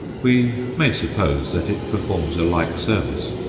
we may suppose that it performs a like service.